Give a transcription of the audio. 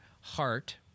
heart